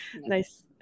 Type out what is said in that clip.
Nice